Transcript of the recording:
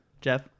Jeff